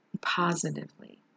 positively